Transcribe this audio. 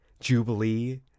Jubilee